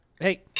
Hey